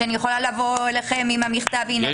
אני יכולה לבוא אליכם עם המכתב: הינה,